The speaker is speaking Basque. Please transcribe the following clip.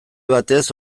batez